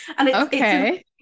Okay